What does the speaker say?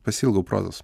pasiilgau prozos